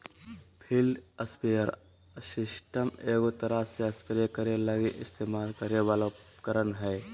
field sprayer system एगो तरह spray करे लगी इस्तेमाल करे वाला उपकरण हइ